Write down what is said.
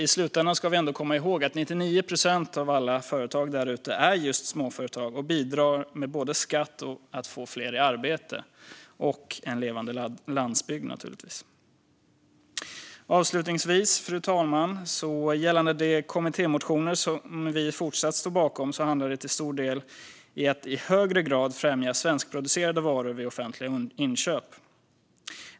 I slutändan ska vi ändå komma ihåg att 99 procent av alla företag där ute är just småföretag och bidrar både med skatt och med att få fler i arbete och naturligtvis med en levande landsbygd. Fru talman! Avslutningsvis handlar de kommittémotioner som vi fortsatt står bakom till stor del om att man i högre grad ska främja svenskproducerade varor vid offentliga inköp.